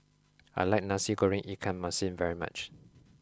I like nasi goreng ikan masin very much